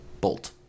bolt